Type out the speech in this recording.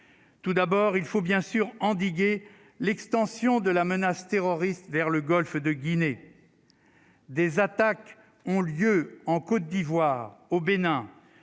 tout d'abord, il faut bien sûr endiguer l'extension de la menace terroriste vers le Golfe de Guinée, des attaques ont lieu en Côte d'Ivoire au Bénin